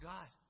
God